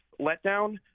Letdown